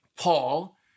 Paul